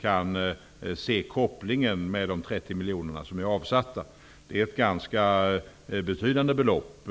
kan se kopplingen med dessa 30 miljoner som var avsatta för fiskeinformation. Det är ett ganska betydande belopp.